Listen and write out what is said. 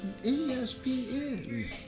ESPN